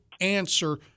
answer